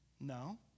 No